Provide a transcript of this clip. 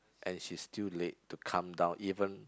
and she still late to come down even